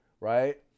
Right